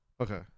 Okay